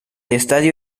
estadio